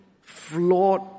flawed